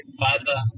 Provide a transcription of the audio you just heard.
father